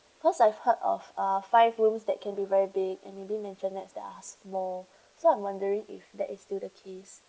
cause I've heard of uh five rooms that can be very big and maybe mansionette they are small so I'm wondering if that is still the case